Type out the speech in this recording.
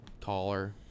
taller